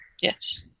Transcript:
Yes